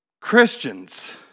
Christians